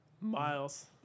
Miles